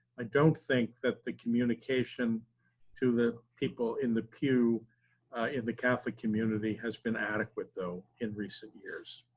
i don't think that the communication to the people in the pew in the catholic community has been adequate though in recent years.